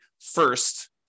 first